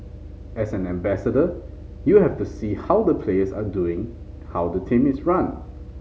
as an ambassador you have to see how the players are doing how the team is run